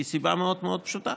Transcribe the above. היא סיבה מאוד מאוד פשוטה: